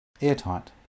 airtight